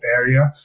area